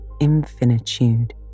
infinitude